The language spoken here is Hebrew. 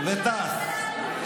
פי שניים טיסות מהממשלה שלנו.